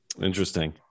Interesting